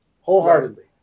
wholeheartedly